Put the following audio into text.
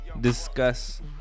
discuss